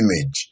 image